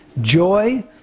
Joy